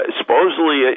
supposedly